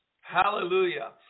Hallelujah